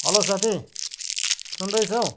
hello साथी सुन्दैछौ